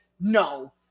No